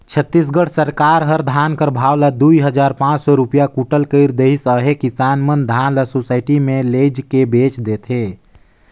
छत्तीसगढ़ सरकार ह धान कर भाव ल दुई हजार पाच सव रूपिया कुटल कइर देहिस अहे किसान मन धान ल सुसइटी मे लेइजके बेच देथे